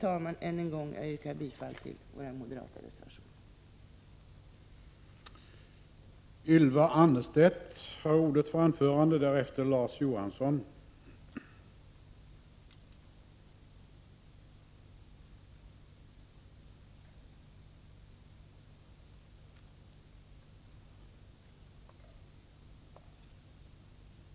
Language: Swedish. Jag yrkar än en gång bifall till de moderata reservationerna.